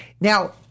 Now